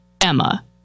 Emma